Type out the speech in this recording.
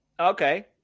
Okay